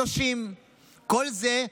30. כל זה,